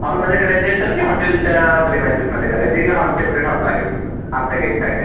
हॉलमध्ये करायचाय सर की हॉटेलच्या प्रिमायसेसमध्ये करायचंय की हॉल सेपरेट हॉल लागेल आपल्या गेस्टसाठी